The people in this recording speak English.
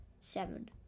seven